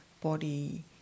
body